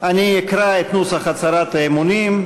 אני אקרא את נוסח הצהרת האמונים,